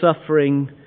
suffering